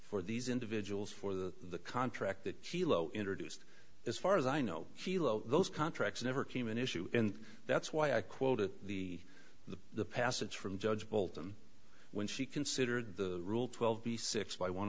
for these individuals for the the contract that she low introduced as far as i know she low those contracts never came an issue and that's why i quoted the the passage from judge bolton when she considered the rule twelve b six by one